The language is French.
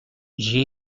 j’ai